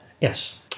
yes